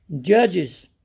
Judges